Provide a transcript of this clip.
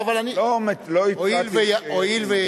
לא הצעתי שיהיה שינוי.